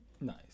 nice